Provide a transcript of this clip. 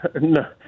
No